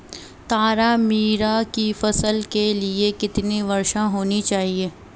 तारामीरा की फसल के लिए कितनी वर्षा होनी चाहिए?